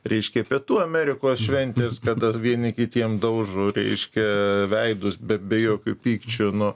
reiškia pietų amerikos šventės kada vieni kitiem daužo reiškia veidus be be jokių pykčių nu